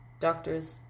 doctors